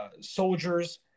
soldiers